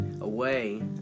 away